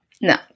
No